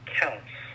counts